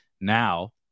now